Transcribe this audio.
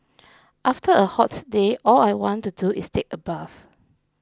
after a hot day all I want to do is take a bath